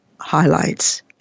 highlights